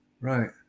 Right